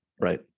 Right